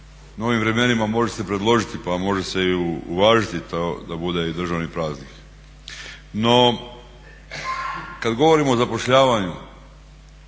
novim vremenima može se predložiti pa može se i uvažiti to da bude državni praznik. No, kada govorimo o zapošljavanju